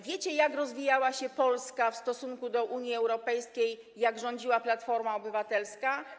Wiecie, jak rozwijała się Polska w stosunku do Unii Europejskiej, jak rządziła Platforma Obywatelska?